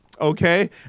Okay